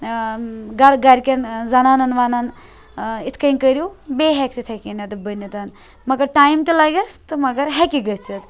گَرٕ گَرکیٚن زَنانَن وَنَن یِتھ کنۍ کٔرِو بیٚیہِ ہیٚکہِ تِتھے کنیٚتھ بٔنِتھ مگر ٹایِم تہِ لَگیٚس مَگَر ہیٚکہِ گٔژھِتھ